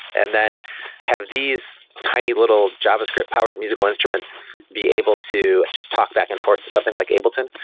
and then have these tiny little javascript-powered musical instruments be able to just talk back and forth to something like ableton.